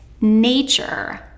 nature